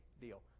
deal